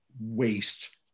waste